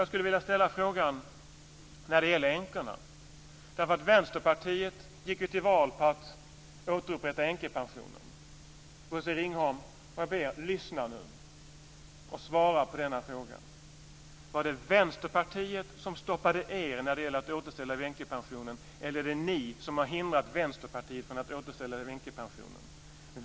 Jag skulle också vilja ställa en fråga som gäller änkorna. Vänsterpartiet gick ju till val på att återupprätta änkepensionen. Jag ber Bosse Ringholm: Lyssna nu, och svara på denna fråga! Var det Vänsterpartiet som stoppade er när det gällde att återställa änkepensionen, eller är det ni som har hindrat Vänsterpartiet från att återställa änkepensionen?